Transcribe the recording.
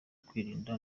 kwirinda